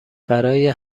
برای